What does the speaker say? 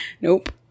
Nope